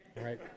Right